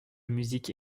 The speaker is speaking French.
musique